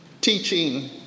teaching